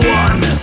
one